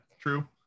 true